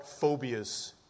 phobias